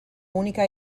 unica